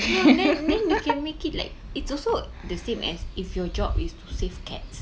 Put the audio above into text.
no then then you can make it like it's also the same as if your job is to save cats